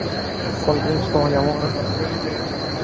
cold drinks ᱠᱚᱦᱚᱸ ᱧᱟᱢᱚᱜᱼᱟ